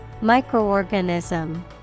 Microorganism